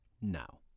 now